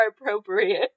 appropriate